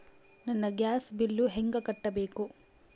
ನನ್ನ gas bill ಹೆಂಗ ಕಟ್ಟಬೇಕು?